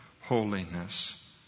holiness